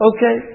Okay